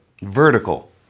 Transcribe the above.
Vertical